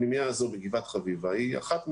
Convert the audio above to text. הפנימייה הזאת בגבעת חביבה היא אחת מהן.